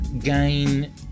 gain